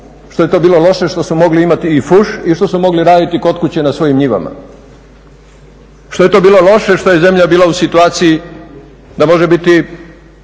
što je to bilo loše što su mogli imati i fuš i što su mogli raditi kod kuće na svojim njivama, što je to bilo loše što je zemlja bila u situaciji da može biti